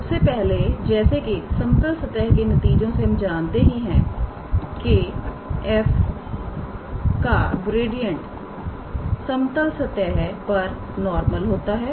सबसे पहले जैसे कि समतल सतह के नतीजों से हम जानते ही हैं के f का ग्रेडियंट समतल सतह पर नॉर्मल होता है